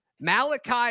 Malachi